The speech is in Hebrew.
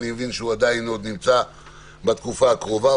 אני מבין שהוא עדיין נמצא בתקופה הקרובה.